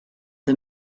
the